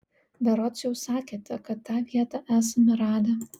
berods jau sakėte kad tą vietą esame radę